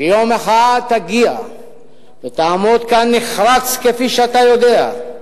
שיום אחד תגיע ותעמוד כאן נחרץ, כפי שאתה יודע.